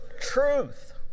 Truth